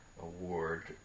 Award